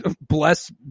Bless